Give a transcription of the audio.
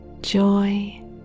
joy